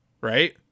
right